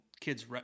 kids